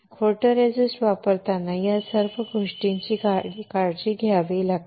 photoresist वापरताना या सर्व गोष्टींची काळजी घ्यावी लागते